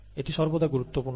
এটি সর্বদা গুরুত্বপূর্ণ